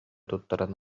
туттаран